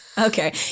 Okay